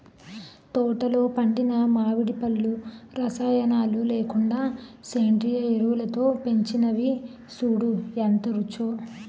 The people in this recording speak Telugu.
తోటలో పండిన మావిడి పళ్ళు రసాయనాలు లేకుండా సేంద్రియ ఎరువులతో పెంచినవి సూడూ ఎంత రుచో